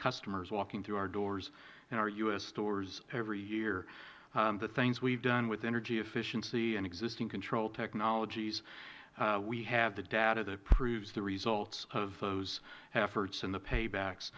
customers walking through our doors in our u s stores every year the things we have done with energy efficiency and existing control technologies we have the data that proves the results of those efforts and the paybacks